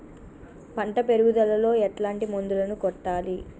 పంట పెరుగుదలలో ఎట్లాంటి మందులను కొట్టాలి?